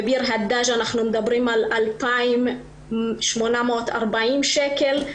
בביר-הדג' אנחנו מדברים על 2,840 שקל.